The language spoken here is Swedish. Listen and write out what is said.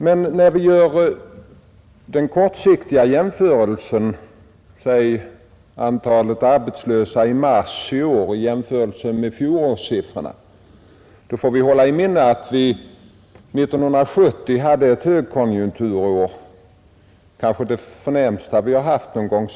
Men när vi gör den kortsiktiga jämförelsen mellan antalet arbetslösa i mars i år och fjolårets siffror får vi hålla i minnet att vi 1970 hade ett högkonjunkturår, kanske det bästa vi någonsin haft.